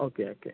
okay okay